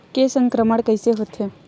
के संक्रमण कइसे होथे?